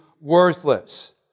worthless